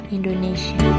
Indonesia